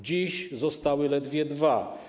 Dziś zostały ledwie dwa.